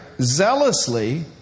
zealously